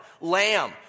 lamb